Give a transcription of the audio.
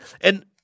and-